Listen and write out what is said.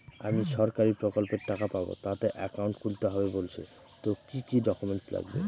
আমি সরকারি প্রকল্পের টাকা পাবো তাতে একাউন্ট খুলতে হবে বলছে তো কি কী ডকুমেন্ট লাগবে?